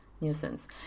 nuisance